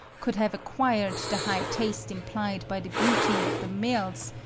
could have acquired the high taste implied by the beauty of the males,